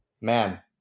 man